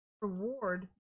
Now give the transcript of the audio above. reward